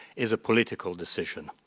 is a political decision.